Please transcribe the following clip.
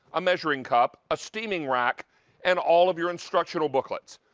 a measuring cup, ah steaming rack and all of your instructional booklets.